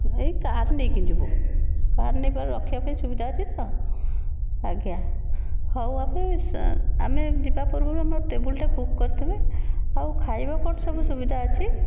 ଏଇ କାର ନେଇକି ଯିବୁ କାର ନେଇକି ରଖିବାକୁ ସୁବିଧା ଅଛି ତ ଅଜ୍ଞା ହେଉ ଆମେ ଯିବା ପୂର୍ବରୁ ଟେବୁଲଟା ବୁକ୍ କରିଥିବେ ଆଉ ଖାଇବାକୁ କ'ଣ ସବୁ ସୁବିଧା ଅଛି